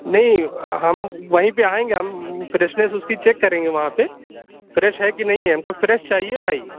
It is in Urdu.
نہیں ہم وہیں پہ آئیں گے ہم فریشنیس اُس کی چیک کریں گے وہاں پہ فریش ہے کہ نہیں ہے ہم کو فریش چاہیے بھائی